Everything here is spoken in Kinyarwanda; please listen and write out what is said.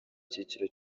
kiciro